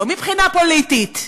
לא מבחינה פוליטית,